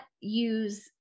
use